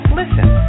listen